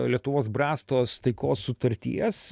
lietuvos brastos taikos sutarties